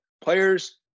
players